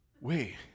wait